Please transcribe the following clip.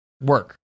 work